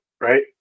right